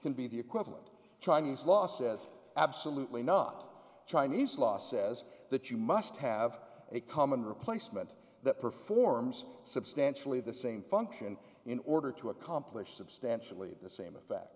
can be the equivalent chinese law says absolutely not chinese law says that you must have a common replacement that performs substantially the same function in order to accomplish substantially the same effect